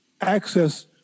access